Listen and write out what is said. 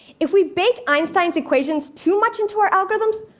if we bake einstein's equations too much into our algorithms,